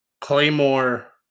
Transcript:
claymore